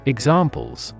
Examples